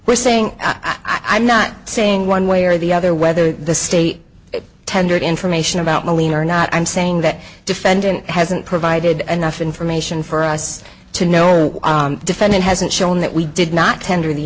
were saying i'm not saying one way or the other whether the state tendered information about myleene or not i'm saying that defendant hasn't provided enough information for us to know defendant hasn't shown that we did not tender the